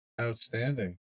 Outstanding